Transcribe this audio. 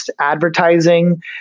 advertising